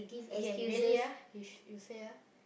okay really ah you sh~ you say ah